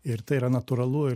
ir tai yra natūralu ir